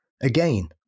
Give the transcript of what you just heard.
Again